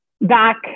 back